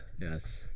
yes